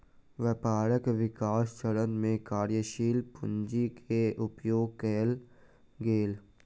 व्यापारक विकास चरण में कार्यशील पूंजी के उपयोग कएल गेल